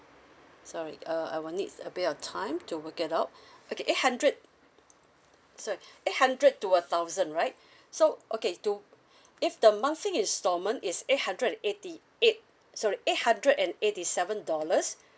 sorry uh I will need a bit of time to work it out okay eight hundred sorry eight hundred to a thousand right so okay to if the monthly instalment is eight hundred and eighty eight sorry eight hundred and eighty seven dollars